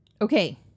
Okay